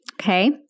okay